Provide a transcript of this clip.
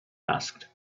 asked